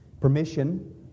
Permission